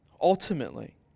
Ultimately